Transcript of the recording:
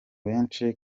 benshi